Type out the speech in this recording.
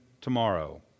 tomorrow